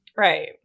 Right